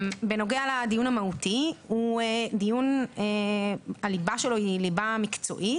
בנוגע לדיון המהותי הוא דיון שהליבה שלו היא מקצועית.